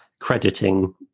crediting